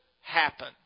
happen